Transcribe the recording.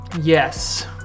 Yes